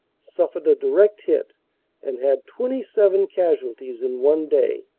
suffered a direct hit and had twenty seven casualties in one day.